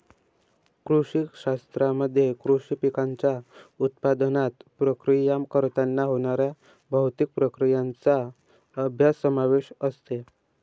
कृषी शास्त्रामध्ये कृषी पिकांच्या उत्पादनात, प्रक्रिया करताना होणाऱ्या भौतिक प्रक्रियांचा अभ्यास समावेश असते